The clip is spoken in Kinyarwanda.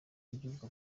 w’igihugu